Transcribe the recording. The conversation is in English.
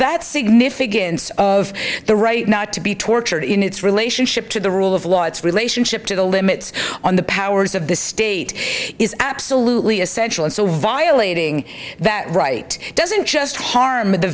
that significance of the right not to be tortured in its relationship to the rule of law its relationship to the limits on the powers of the state is absolutely essential and so violating that right doesn't just